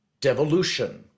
devolution